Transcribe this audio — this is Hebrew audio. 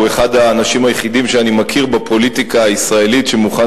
והוא אחד האנשים היחידים שאני מכיר בפוליטיקה הישראלית שמוכן